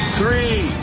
three